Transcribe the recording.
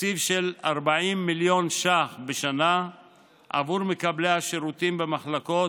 תקציב של 40 מיליון ש"ח בשנה עבור מקבלי השירותים במחלקות,